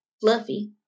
fluffy